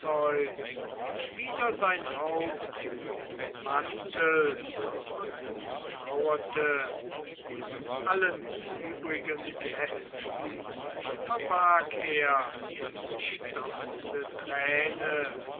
wieder sein haupt in den mantel und traurte allen übrigen gästen verbarg er die stürzende